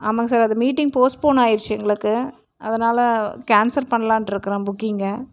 ஆமாங்க சார் அந்த meeting postpone ஆகிடுச்சி எங்களுக்கு அதனால் கேன்சல் பண்ணலாம்ட்டுருக்குறேன் புக்கிங்கை